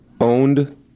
owned